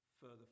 further